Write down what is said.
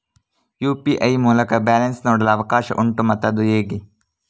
UPI ಮೂಲಕ balance ನೋಡಲು ಅವಕಾಶ ಉಂಟಾ ಮತ್ತು ಅದು ಹೇಗೆ?